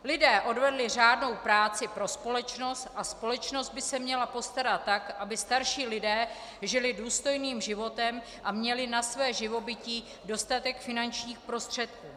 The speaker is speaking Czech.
Lidé odvedli řádnou práci pro společnost a společnost by se měla postarat tak, aby starší lidé žili důstojným životem a měli na své živobytí dostatek životních prostředků.